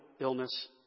illness